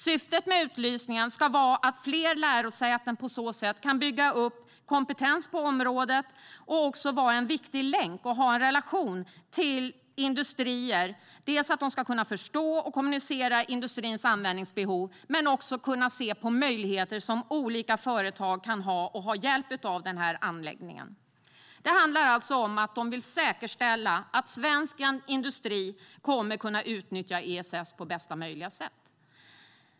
Syftet med utlysningen är att fler lärosäten på så sätt kan bygga upp kompetens på området och också vara en viktig länk till industrier: dels att de ska kunna förstå och kommunicera industrins användningsbehov, dels att kunna se på möjligheter som olika företag kan ha att ta hjälp av den här anläggningen. Det handlar alltså om att de vill säkerställa att svensk industri kommer att kunna utnyttja ESS på bästa möjliga sätt.